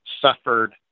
suffered